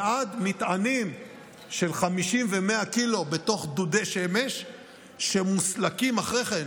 ועד מטענים של 50 ו-100 קילו בתוך דודי שמש שמוסלקים אחרי כן,